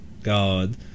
God